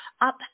up